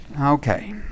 Okay